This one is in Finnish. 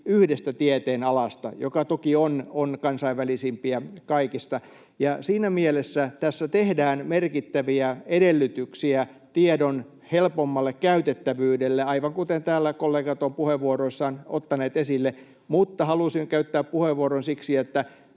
yhdestä tieteenalasta, joka toki on kansainvälisimpiä kaikista. Siinä mielessä tässä tehdään merkittäviä edellytyksiä tiedon helpommalle käytettävyydelle, aivan kuten täällä kollegat ovat puheenvuoroissaan ottaneet esille, mutta halusin käyttää puheenvuoron siksi, että